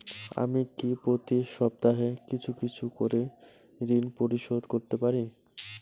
আমি কি প্রতি সপ্তাহে কিছু কিছু করে ঋন পরিশোধ করতে পারি?